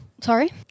Sorry